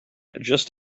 just